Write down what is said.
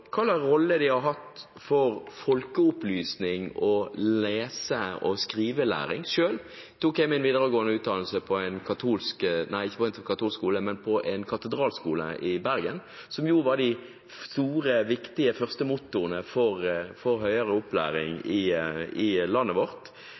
de har hatt for folkeopplysning og lese- og skrivelæring – selv tok jeg min videregående utdannelse på en katedralskole i Bergen, katedralskolene var jo de store, viktige førstemotorene for høyere opplæring i landet vårt – og hvordan kirkene har stått som bygg. Det historiske vernet som ligger i